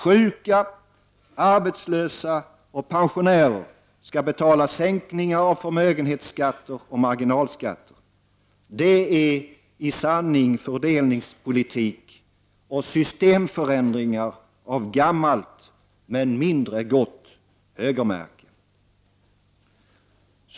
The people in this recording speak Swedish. Sjuka, arbetslösa och pensionärer skall betala sänkningar av förmögenhetsskatter och marginalskatter. Det är i sanning fördelningspolitik och systemförändringar av gammalt, men mindre gott högermärke.